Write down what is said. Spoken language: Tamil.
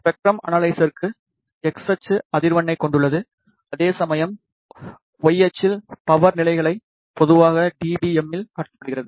ஸ்பெக்ட்ரம் அனலைசர்க்கு எக்ஸ் அச்சு அதிர்வெண்ணைக் கொண்டுள்ளது அதேசமயம் Y ஆக்ஸிஸ் பவர் நிலைகளை பொதுவாக dBm இல் காட்டுகிறது